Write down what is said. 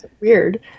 weird